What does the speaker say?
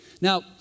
Now